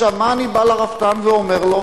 מה אני בא לרפתן ואומר לו?